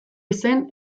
izen